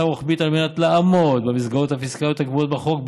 רוחבית על מנת לעמוד במסגרות הפיסקליות הקבועות בחוק,